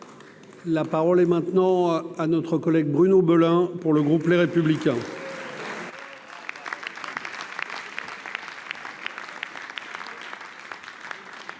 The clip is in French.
la parole est maintenant à notre collègue Philippe Dominati pour le groupe Les Républicains.